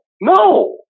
no